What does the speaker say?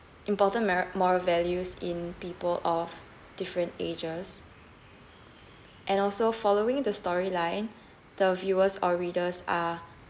important mar~ moral values in people of different ages and also following the story line the viewers or readers are